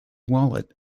wallet